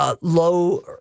low